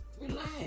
relax